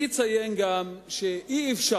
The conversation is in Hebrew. אני אציין גם שאי-אפשר,